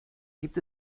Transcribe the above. gibt